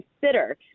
consider